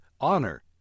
honor